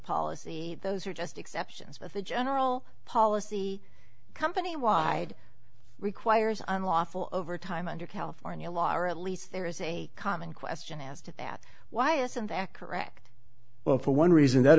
policy those are just exceptions but the general policy company wide requires unlawful overtime under california law or at least there is a common question as to why isn't that correct well for one reason that